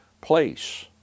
place